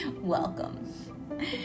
Welcome